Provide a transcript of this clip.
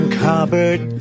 cupboard